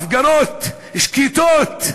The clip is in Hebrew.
הפגנות שקטות,